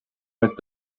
mit